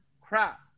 crap